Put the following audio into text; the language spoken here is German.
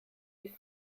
die